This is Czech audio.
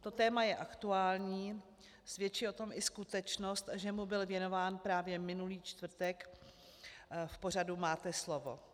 To téma je aktuální, svědčí o tom i skutečnost, že mu byl věnován právě minulý čtvrtek v pořadu Máte slovo.